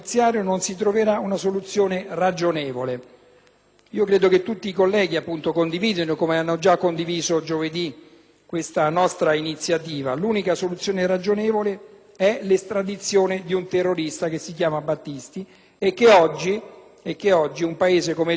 Credo che tutti i colleghi condividano - come hanno già fatto giovedì - questa nostra iniziativa: l'unica soluzione ragionevole è l'estradizione di un terrorista, che si chiama Battisti e che oggi un Paese come il Brasile sta addirittura